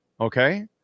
Okay